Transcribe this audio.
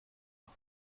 war